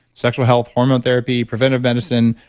sexual health, hormone therapy, preventive medicine,